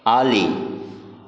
आली